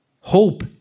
hope